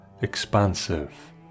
expansive